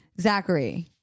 Zachary